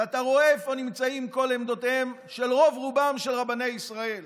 ואתה רואה איפה נמצאות עמדותיהם של רוב-רובם של רבני ישראל.